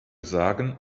sagen